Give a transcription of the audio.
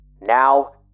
Now